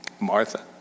Martha